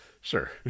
Sure